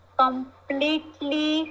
completely